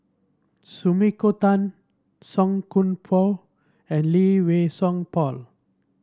Sumiko Tan Song Koon Poh and Lee Wei Song Paul